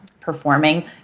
performing